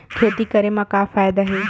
खेती करे म का फ़ायदा हे?